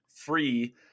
free